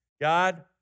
God